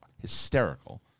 hysterical